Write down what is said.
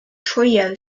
trio